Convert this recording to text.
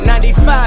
95